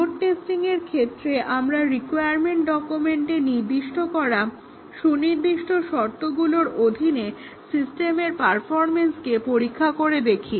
load টেস্টিংয়ের ক্ষেত্রে আমরা রিকোয়ারমেন্ট ডকুমেন্টে নির্দিষ্ট করা সুনির্দিষ্ট শর্তগুলোর অধীনে সিস্টেমের পারফরমেন্সকে পরীক্ষা করে দেখি